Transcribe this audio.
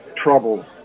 trouble